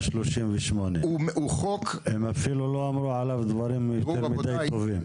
38. הם אפילו לא אמרו עליו דברים יותר מידי טובים.